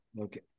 okay